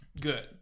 Good